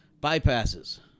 Bypasses